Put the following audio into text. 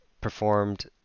performed